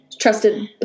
trusted